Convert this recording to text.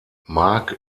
mark